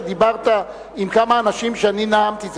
כשדיברת עם כמה אנשים כשאני נאמתי.